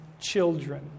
children